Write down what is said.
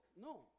No